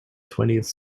twentieth